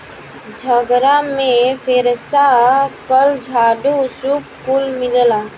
झगड़ा में फेरसा, कल, झाड़ू, सूप कुल मिलेला